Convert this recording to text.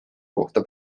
kohta